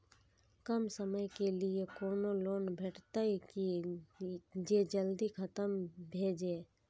कम समय के लीये कोनो लोन भेटतै की जे जल्दी खत्म भे जे?